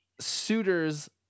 suitors